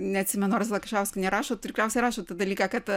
neatsimenu ar zakšauskienė nerašo tikriausiai rašo tą dalyką kad